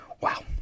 Wow